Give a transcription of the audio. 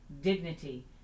dignity